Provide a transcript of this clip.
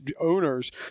owners